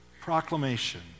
proclamation